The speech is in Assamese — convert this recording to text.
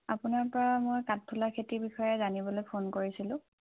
আপোনাৰ পৰা মই কাঠফুলা খেতিৰ বিষয়ে জানিবলৈ ফোন কৰিছিলোঁ